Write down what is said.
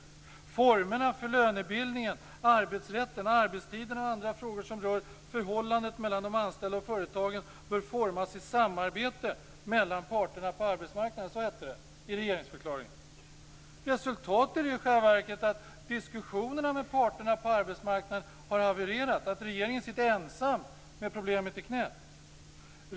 Dessutom sades det: "Formerna för lönebildningen, arbetsrätten, arbetstiderna och andra frågor som rör förhållandet mellan de anställda och företagen bör formas i samarbete mellan parterna på arbetsmarknaden." Så hette det i regeringsförklaringen. Resultatet är i själva verket att diskussionerna med parterna på arbetsmarknaden har havererat och att regeringen sitter ensam med problemet i knät.